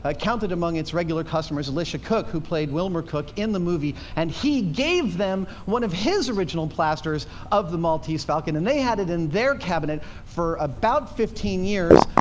ah counted amongst its regular customers elisha cook, who played wilmer cook in the movie, and he gave them one of his original plasters of the maltese falcon. and they had it in their cabinet for about fifteen years,